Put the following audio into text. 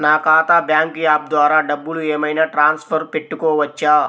నా ఖాతా bank app ద్వారా డబ్బులు ఏమైనా ట్రాన్స్ఫర్ పెట్టుకోవచ్చా?